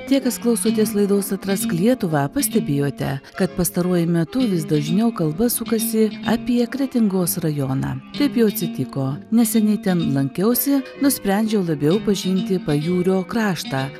tie kas klausotės laidos atrask lietuvą pastebėjote kad pastaruoju metu vis dažniau kalba sukasi apie kretingos rajoną taip jau atsitiko neseniai ten lankiausi nusprendžiau labiau pažinti pajūrio kraštą